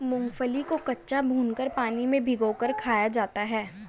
मूंगफली को कच्चा, भूनकर, पानी में भिगोकर खाया जाता है